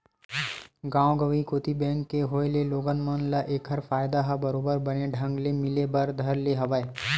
गाँव गंवई कोती बेंक के होय ले लोगन मन ल ऐखर फायदा ह बरोबर बने ढंग ले मिले बर धर ले हवय